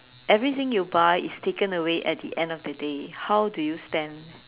everything you buy is taken away at the end of the day how do you spend